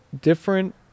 different